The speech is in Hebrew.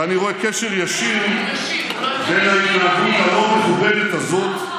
ואני רואה קשר ישיר, יש לי הרבה תשובות.